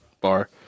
bar